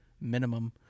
minimum